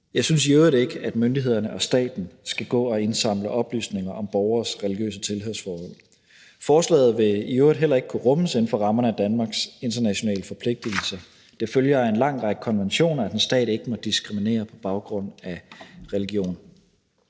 Jeg synes i øvrigt ikke, at myndighederne og staten skal gå og indsamle oplysninger om borgeres religiøse tilhørsforhold. Forslaget vil i øvrigt heller ikke kunne rummes inden for rammerne af Danmarks internationale forpligtelse. Det følger af en lang række konventioner, at en stat ikke må diskriminere på baggrund af religion.